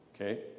Okay